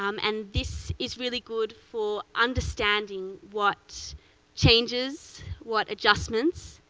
um and this is really good for understanding what changes, what adjustments,